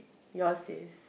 yours is